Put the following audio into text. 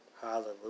Hallelujah